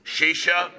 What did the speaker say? Shisha